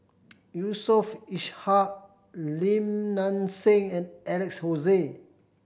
Yusof Ishak Lim Nang Seng and Alex Josey